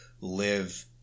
live